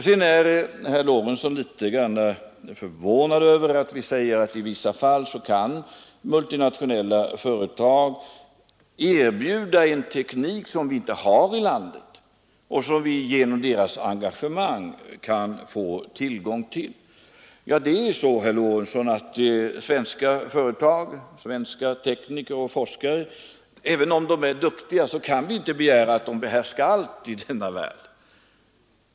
Herr Lorentzon är litet grand förvånad över att vi säger att i vissa fall kan multinationella företag erbjuda en teknik som vi inte har här i landet men som vi genom deras engagemang kan få tillgång till. Ja, det är så, herr Lorentzon, att även om svenska företag, svenska tekniker och svenska forskare är duktiga kan vi inte begära att de skall behärska allt i denna värld.